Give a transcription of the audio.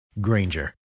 Granger